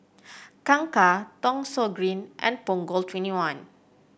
Kangkar Thong Soon Green and Punggol Twenty one